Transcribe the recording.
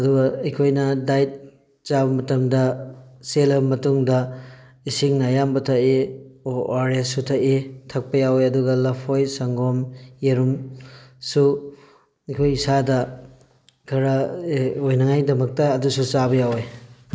ꯑꯗꯨꯒ ꯑꯩꯈꯣꯏꯅ ꯗꯥꯏꯠ ꯆꯥꯕ ꯃꯇꯝꯗ ꯆꯦꯜꯂꯕ ꯃꯇꯨꯡꯗ ꯏꯁꯤꯡꯅ ꯑꯌꯥꯝꯕ ꯊꯛꯏ ꯑꯣ ꯑꯥꯔ ꯑꯦꯁꯁꯨ ꯊꯛꯏ ꯊꯛꯄ ꯌꯥꯎꯋꯤ ꯑꯗꯨꯒ ꯂꯐꯣꯏ ꯁꯪꯒꯣꯝ ꯌꯦꯔꯨꯝ ꯁꯨ ꯑꯩꯈꯣꯏ ꯏꯁꯥꯗ ꯈꯔ ꯑꯣꯏꯅꯉꯥꯏꯒꯤꯗꯃꯛꯇ ꯑꯗꯨꯁꯨ ꯆꯥꯕ ꯌꯥꯎꯋꯤ